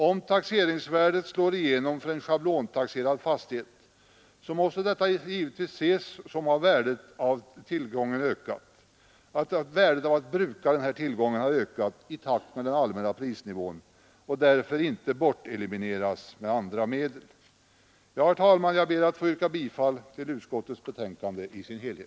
Om taxeringsvärdet slår igenom för en schablontaxerad fastighet måste detta givetvis ses som att värdet av att bruka tillgången ökat i takt med den allmänna prisnivån och därför inte elimineras med andra medel. Herr talman! Jag ber att få yrka bifall till utskottets förslag i dess helhet.